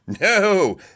No